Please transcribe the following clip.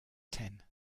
ten